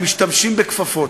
הם משתמשים בכפפות.